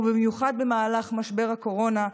ובמיוחד במהלך משבר הקורונה,